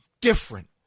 different